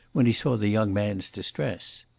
when he saw the young man's distress.